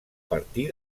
partir